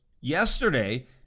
yesterday